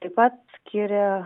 taip pat skiria